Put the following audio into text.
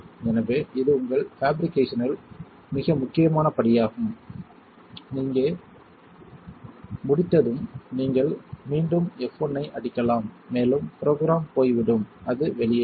எனவே இது உங்கள் பாபிரிகேஷனில் மிக முக்கியமான படியாகும் நீங்கள் இங்கே முடித்ததும் நீங்கள் மீண்டும் F1 ஐ அடிக்கலாம் மேலும் ப்ரொக்ராம் போய்விடும் அது வெளியேறும்